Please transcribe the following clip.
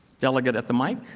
delegate at the mic?